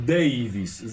Davis